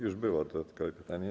Już było dodatkowe pytanie.